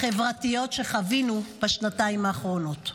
החברתיות שחווינו בשנתיים האחרונות.